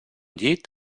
llit